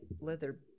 leather